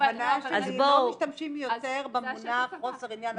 הכוונה שלי שלא משתמשים יותר במונח חוסר עניין לציבור.